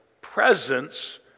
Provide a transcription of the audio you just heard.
presence